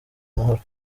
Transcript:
amahoro